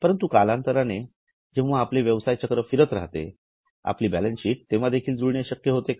परंतु कालांतराने जेंव्हा आपले व्यवसाय चक्र सतत फिरत राहते आपली बॅलन्सशीट तेंव्हां देखील जुळणे शक्य होते का